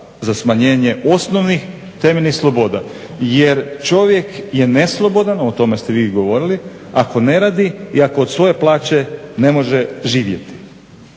Za smanjenje osnovnih temeljnih sloboda. Jer čovjek je neslobodan, o tome ste i vi govorili, ako ne radi i ako od svoje plaće ne može živjeti.